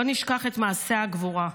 לא נשכח את מעשי הגבורה,